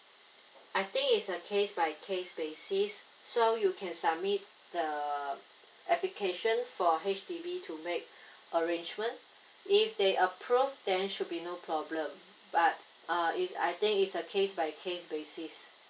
I think it's a case by case basis so you can submit the applications for H_D_B to make arrangement if they approve then should be no problem but uh it's I think it's a case by case basis